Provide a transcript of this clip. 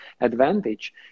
advantage